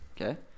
Okay